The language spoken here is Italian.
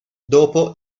dopo